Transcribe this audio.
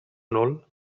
nul